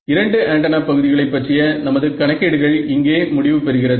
இரண்டு ஆண்டெனா பகுதிகளை பற்றிய நமது கணக்கீடுகள் இங்கே முடிவு பெறுகிறது